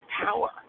power